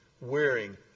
wearing